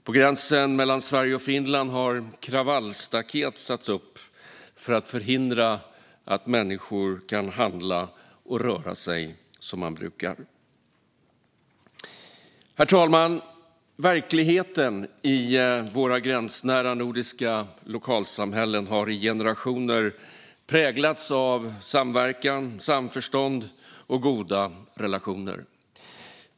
På gränsen mellan Sverige och Finland har kravallstaket satts upp för att förhindra att människor kan handla och röra sig som man brukar. Herr talman! Verkligheten i våra gränsnära nordiska lokalsamhällen har i generationer präglats av samverkan, samförstånd och goda relationer.